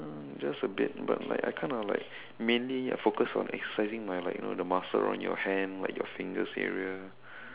just a bit but like I kind of like mainly I focus on exercising my like you know the muscle on your hand like your fingers area